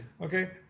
Okay